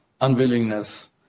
unwillingness